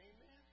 Amen